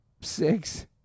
Six